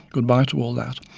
good bye to all that,